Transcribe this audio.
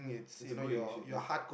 that's a great initiative